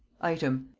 item.